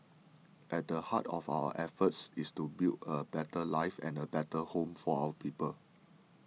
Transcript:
at the heart of our efforts is to build a better life and a better home for our people